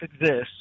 exists